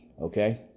okay